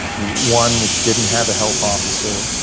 one which didn't have a health officer,